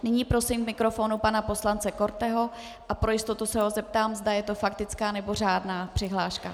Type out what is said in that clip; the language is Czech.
Nyní prosím k mikrofonu pana poslance Korteho a pro jistotu se ho zeptám, zda je to faktická, nebo řádná přihláška.